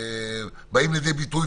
באים לידי ביטוי,